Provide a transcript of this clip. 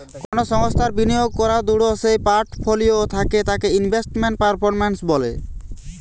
কোনো সংস্থার বিনিয়োগ করাদূঢ় যেই পোর্টফোলিও থাকে তাকে ইনভেস্টমেন্ট পারফরম্যান্স বলে